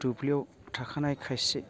दुब्लियाव थाखानाय खायसे